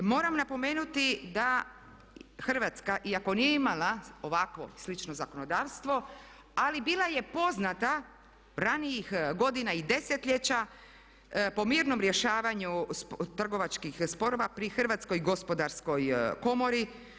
Moram napomenuti da Hrvatska i ako nije imalo ovakvo slično zakonodavstvo, ali bila je poznata ranijih godina i desetljeća po mirnom rješavanju trgovačkih sporova pri Hrvatskoj gospodarskoj komori.